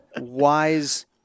wise